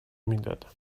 میدادم